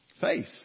Faith